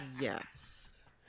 Yes